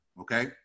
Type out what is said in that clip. okay